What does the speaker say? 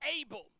able